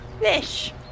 fish